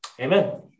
Amen